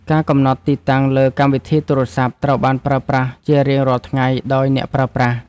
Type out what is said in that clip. ការកំណត់ទីតាំងលើកម្មវិធីទូរសព្ទ ត្រូវបានប្រើប្រាស់ជារៀងរាល់ថ្ងៃដោយអ្នកប្រើប្រាស់។